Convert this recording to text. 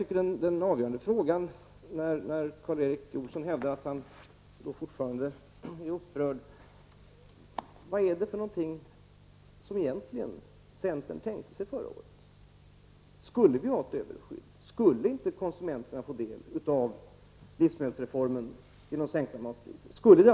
Karl Erik Olsson hävdar att han fortfarande är upprörd. Vad tänkte sig egentligen centern förra året? Skulle vi ha ett överskydd? Skulle inte konsumenterna få del av livsmedelsreformen genom sänkta matpriser?